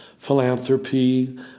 philanthropy